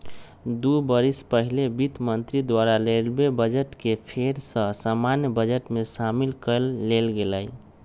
दू बरिस पहिले वित्त मंत्री द्वारा रेलवे बजट के फेर सँ सामान्य बजट में सामिल क लेल गेलइ